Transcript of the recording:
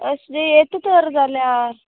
Thursday येत तर जाल्यार